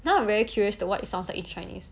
now I'm very curious to what it sounds like in chinese